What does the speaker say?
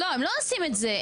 לא, הם לא עושים את זה.